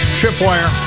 tripwire